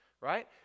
right